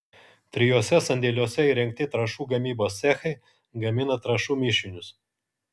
trijuose sandėliuose įrengti trąšų gamybos cechai gamina trąšų mišinius